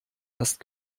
erst